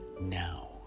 now